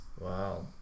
Wow